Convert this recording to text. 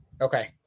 Okay